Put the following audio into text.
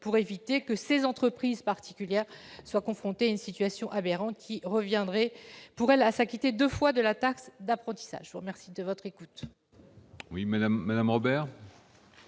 pour éviter que ces entreprises spécifiques ne soient confrontées à une situation aberrante qui reviendrait, pour elles, à s'acquitter deux fois de la taxe d'apprentissage ! La parole est à Mme